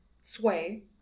sway